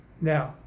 Now